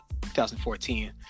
2014